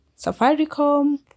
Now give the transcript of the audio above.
Safaricom